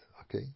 okay